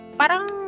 parang